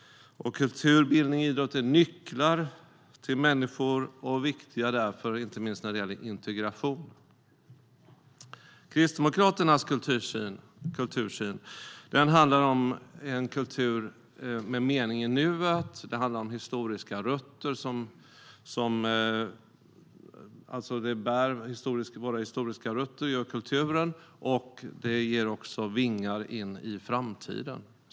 Kultur, bildning och idrott är nycklar till människor och därför viktiga, inte minst när det gäller integration. Kristdemokraternas kultursyn handlar om en kultur med mening i nuet, det handlar om historiska rötter som bär kulturen och det ger oss också vingar in i framtiden.